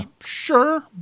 sure